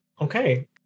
okay